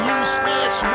useless